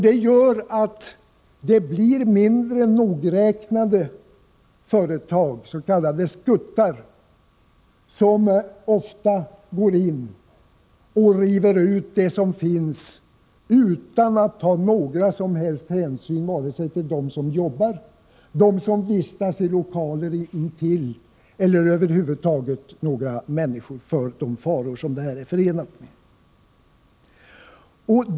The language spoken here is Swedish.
Det gör att mindre nogräknade företag anlitas, s.k. skuttar, som ofta river ut asbestmaterialet utan att ta några som helst hänsyn vare sig till dem som jobbar, till dem som vistas i lokaler intill, eller över huvud taget till några människor, med tanke på de faror som detta arbete är förenat med.